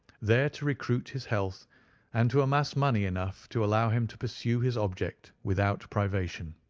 there to recruit his health and to amass money enough to allow him to pursue his object without privation.